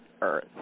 earth